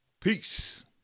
Peace